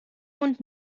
und